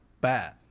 bad